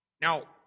Now